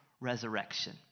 resurrection